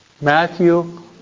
Matthew